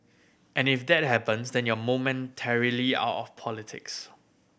and if that happens then you're momentarily out of politics